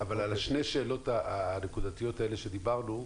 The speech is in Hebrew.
אבל שתי השאלות הנקודתיות שדיברנו,